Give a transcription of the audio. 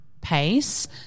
pace